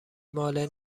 ماله